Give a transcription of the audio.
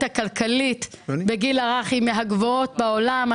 הכלכלית בגיל הרך היא מהגבוהות בעולם.